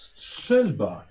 Strzelba